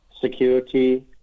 security